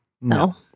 no